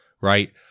right